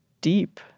deep